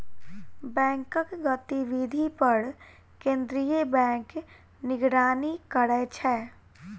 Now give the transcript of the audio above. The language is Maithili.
बैंकक गतिविधि पर केंद्रीय बैंक निगरानी करै छै